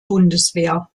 bundeswehr